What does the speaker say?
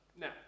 Now